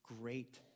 great